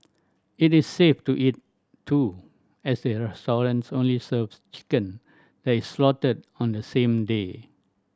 it is safe to eat too as the restaurants only serves chicken that is slaughtered on the same day